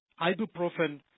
ibuprofen